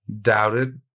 doubted